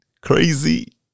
crazy